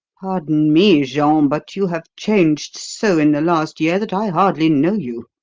pardon me, jean, but you have changed so in the last year that i hardly know you.